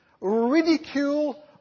ridicule